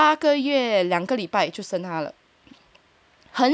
八个月两个礼拜就生他了